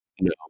no